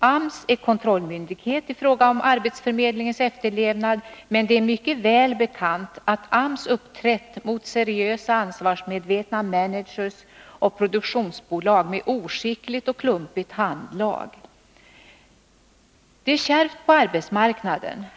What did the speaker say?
AMS är kontrollmyndighet i fråga om lagen om arbetsförmedlings efterlevnad, men det är mycket väl bekant att AMS uppträtt oskickligt och klumpigt mot seriösa och ansvarsmedvetna manager och produktionsbolag. Det är kärvt på arbetsmarknaden.